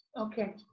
Okay